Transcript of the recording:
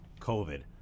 COVID